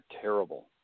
terrible